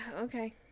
okay